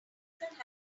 bicycle